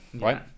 right